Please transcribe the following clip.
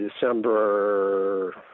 December